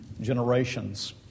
generations